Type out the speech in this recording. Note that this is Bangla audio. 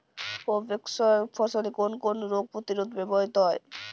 প্রোভেক্স সার ফসলের কোন কোন রোগ প্রতিরোধে ব্যবহৃত হয়?